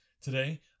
Today